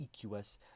EQS